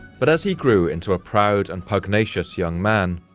but as he grew into a proud and pugnacious young man,